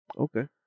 Okay